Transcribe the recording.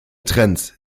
trends